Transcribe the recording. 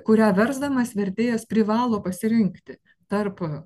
kurią versdamas vertėjas privalo pasirinkti tarp